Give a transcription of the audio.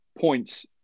points